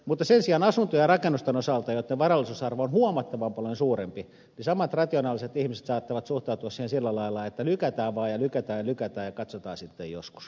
mutta sen sijaan asuntojen ja rakennusten osalta joitten varallisuusarvo on huomattavan paljon suurempi samat rationaaliset ihmiset saattavat suhtautua siihen sillä lailla että lykätään vaan ja lykätään ja lykätään ja katsotaan sitten joskus